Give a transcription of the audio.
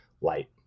light